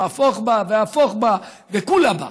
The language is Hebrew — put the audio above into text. הפוך והפוך בה דכולא בה,